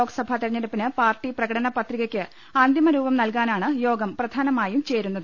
ലോക്സഭാ തെരഞ്ഞെടുപ്പിന് പാർട്ടി പ്രകടന പത്രികയ്ക്ക് അന്തിമരൂപം നൽകാനാണ് യോഗം പ്രധാനമായും ചേരുന്നത്